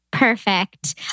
Perfect